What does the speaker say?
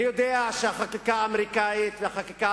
אני יודע שהחקיקה האמריקנית והחקיקה